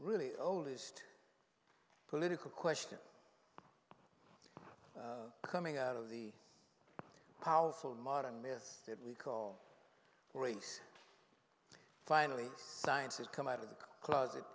really oldest political question coming out of the powerful modern mess that we call finally science has come out of the closet